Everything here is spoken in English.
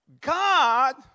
God